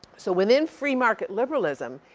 so, within free market liberalism,